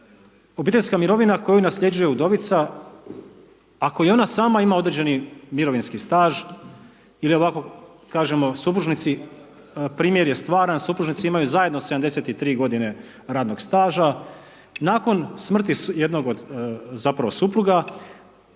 obiteljska mirovina koju nasljeđuje udovica, ako i ona sama ima određeni mirovinski staž ili ovako kažemo supružnici, primjer je stvaran, supružnici imaju zajedno 73 godine radnog staža. Nakon smrti jednog od, zapravo